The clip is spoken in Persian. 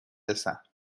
رسم